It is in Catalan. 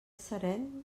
serem